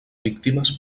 víctimes